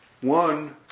one